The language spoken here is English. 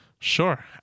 Sure